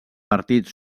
partit